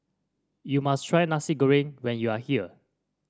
you must try Nasi Goreng when you are here